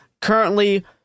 currently